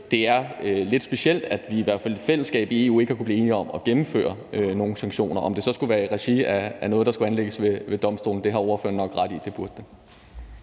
Det er lidt specielt, at vi i hvert fald i fællesskab i EU ikke har kunnet blive enige om at gennemføre nogen sanktioner. I forhold til om det så skulle være i regi af noget, der skulle anlægges ved Domstolen, har ordføreren nok ret. Det burde det.